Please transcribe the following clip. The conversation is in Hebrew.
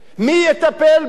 מי יטפל בו?